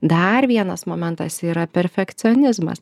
dar vienas momentas yra perfekcionizmas